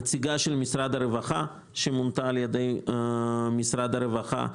תהיה נציגה של משרד הרווחה שמונתה על ידי משרד הרווחה,